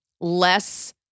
less